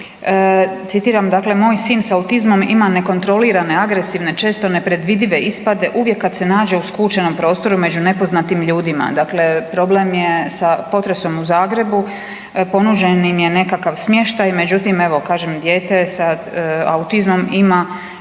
citiram, dakle, moj sin s autizmom ima nekontrolirane, agresivne, često nepredvidive ispade uvijek kad se nađe u skučenom prostoru među nepoznatim ljudima. Dakle, problem je sa potresom u Zagrebu, ponuđen im je nekakav smještaj, međutim, evo, kažem, dijete sa autizmom ima